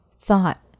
thought